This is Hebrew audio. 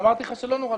אמרתי לך שזה לא נורא.